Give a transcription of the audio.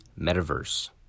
metaverse